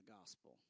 gospel